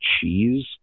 cheese